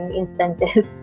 instances